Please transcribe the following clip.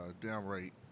downright